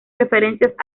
referencias